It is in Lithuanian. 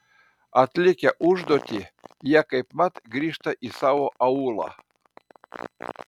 atlikę užduotį jie kaipmat grįžta į savo aūlą